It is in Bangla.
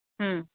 হুম